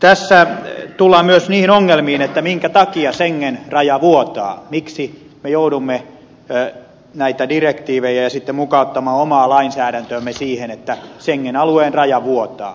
tässä tullaan myös niihin ongelmiin minkä takia schengen raja vuotaa miksi me joudumme näitä direktiivejä mukauttamaan omaan lainsäädäntöömme sen vuoksi että schengen alueen raja vuotaa